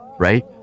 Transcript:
right